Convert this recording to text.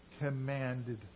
commanded